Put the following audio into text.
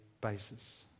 basis